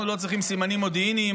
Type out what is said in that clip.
אנחנו לא צריכים סימנים מודיעיניים,